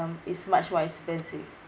um is much more expensive